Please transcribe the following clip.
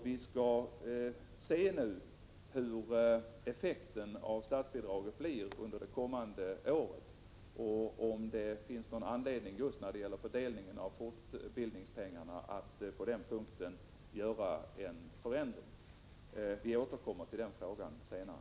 Vi skall studera effekten av statsbidraget under det kommande året och se om det just när det gäller fördelningen av fortbildningspengarna finns anledning att åstadkomma en förändring. Vi återkommer således till den frågan senare.